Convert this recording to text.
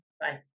bye